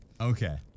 okay